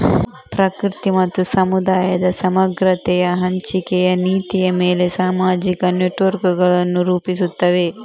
ಪ್ರಕೃತಿ ಮತ್ತು ಸಮುದಾಯದ ಸಮಗ್ರತೆಯ ಹಂಚಿಕೆಯ ನೀತಿಯ ಮೇಲೆ ಸಾಮಾಜಿಕ ನೆಟ್ವರ್ಕುಗಳನ್ನು ರೂಪಿಸುತ್ತವೆ